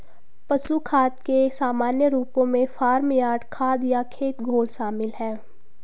पशु खाद के सामान्य रूपों में फार्म यार्ड खाद या खेत घोल शामिल हैं